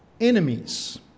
enemies